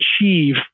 achieve